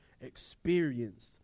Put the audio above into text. experienced